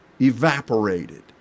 evaporated